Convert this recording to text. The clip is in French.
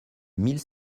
mille